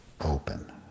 open